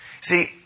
See